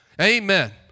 Amen